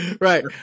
right